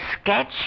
sketch